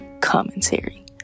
Commentary